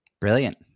Brilliant